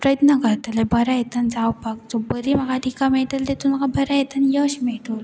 प्रयत्न करतले बऱ्या हेतना जावपाको बरी म्हाका तिका मेळटली ततून म्हाका बऱ्या हेन यश मेळटलो